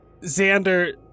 Xander